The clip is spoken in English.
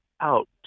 out